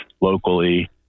locally